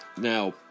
now